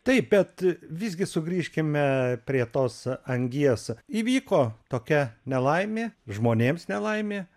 taip bet visgi sugrįžkime prie tos angies įvyko tokia nelaimė žmonėms nelaimė